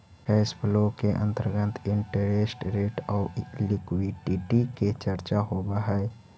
cash flow के अंतर्गत interest rate आउ लिक्विडिटी के चर्चा होवऽ हई